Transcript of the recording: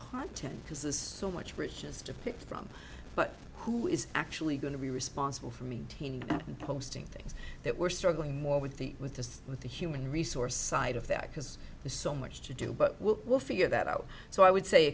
content because there's so much richness to pick from but who is actually going to be responsible for maintaining and posting things that we're struggling more with the with the with the human resource side of that because there's so much to do but we'll figure that out so i would say